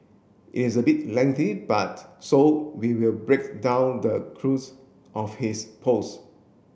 is a bit lengthy but so we will break down the of his post